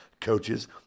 coaches